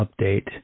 Update